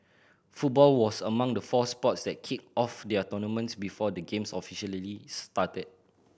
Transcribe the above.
football was among the four sports that kicked off their tournaments before the Games officially started